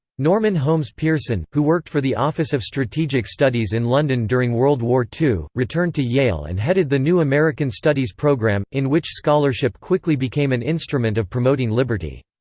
norman holmes pearson, who worked for the office of strategic studies in london during world war ii, returned to yale and headed the new american studies program, in which scholarship quickly became an instrument of promoting liberty.